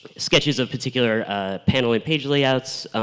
sketches of particular ah particular page layouts.